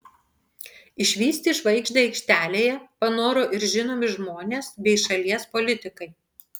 išvysti žvaigždę aikštelėje panoro ir žinomi žmonės bei šalies politikai